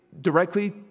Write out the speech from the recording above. directly